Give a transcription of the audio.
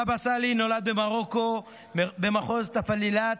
הבבא סאלי נולד במרוקו, במחוז תאפלאלת.